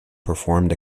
performed